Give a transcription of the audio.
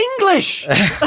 English